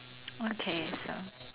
okay so